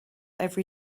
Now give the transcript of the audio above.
every